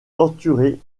torturé